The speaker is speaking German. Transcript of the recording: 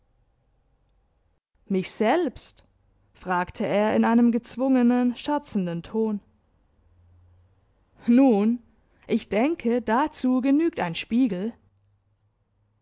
mich selbst fragte er in einem gezwungenen scherzenden ton nun ich denke dazu genügt ein spiegel